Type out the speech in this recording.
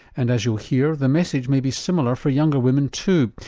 and as you'll hear, the message may be similar for younger women too,